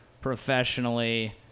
professionally